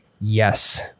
yes